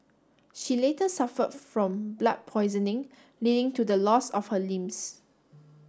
she later suffered from blood poisoning leading to the loss of her limbs